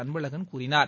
அன்பழகன் கூறினார்